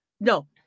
no